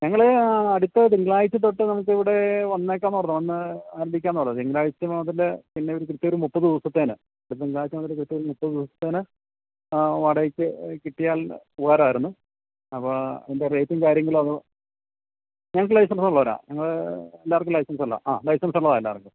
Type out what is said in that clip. ഞങ്ങൾ അടുത്ത തിങ്കളാഴ്ച തൊട്ട് നമുക്ക് ഇവിടെ വന്നേക്കാമെന്ന് ഓർത്താണ് വന്ന് തിങ്കളാഴ്ച മുതൽ പിന്നെ ഒരു കൃത്യം ഒരു മുപ്പത് ദിവസത്തേന് അപ്പം തിങ്കളാഴ്ച മുതലൊരു കൃത്യം ഒരു മുപ്പത് ദിവസത്തേന് വാടകക്ക് കിട്ടിയാൽ ഉപകാരം ആയിരുന്നു അപ്പം ഇതിൻ്റെ റേറ്റും കാര്യങ്ങളോ ഞങ്ങൾക്ക് ലൈസൻസൊള്ളരാ ഞങ്ങൾ എല്ലാവർക്കും ലൈസൻസൊള്ള ആ ലൈസൻസൊള്ളതാണ് എല്ലാവർക്കും